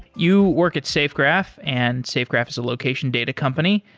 you work at safegraph, and safegraph is a location data company.